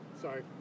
Sorry